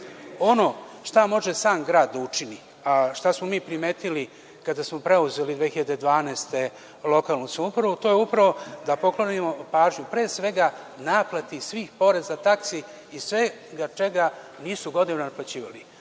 šta može sam grad da učini, šta smo mi primetili kada smo preuzeli 2012. godine lokalnu samoupravu, to je upravo da poklonimo pažnju pre svega naplati svih poreza, taksi i svega čega nisu godinama naplaćivali.